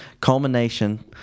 culmination